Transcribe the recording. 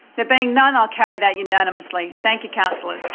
there being none, i'll carry that unanimously. thank you councillors.